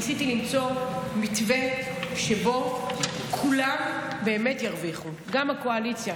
ניסיתי למצוא מתווה שבו כולם באמת ירוויחו: גם הקואליציה